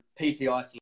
PTI